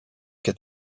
est